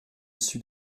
dessus